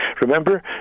Remember